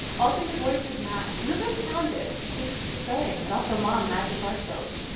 also, your voice is mad. you're really talented. keep, keep going. and also, mom, mad guitar skills.